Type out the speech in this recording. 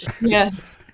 Yes